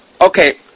Okay